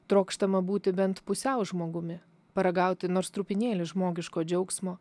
trokštama būti bent pusiau žmogumi paragauti nors trupinėlį žmogiško džiaugsmo